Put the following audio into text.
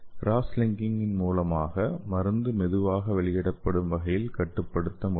cross link இன் மூலமாக மருந்து மெதுவாக வெளியிடப்படும் வகையில் கட்டுப்படுத்த முடியும்